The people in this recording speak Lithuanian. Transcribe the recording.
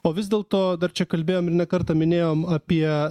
o vis dėlto dar čia kalbėjom ir ne kartą minėjom apie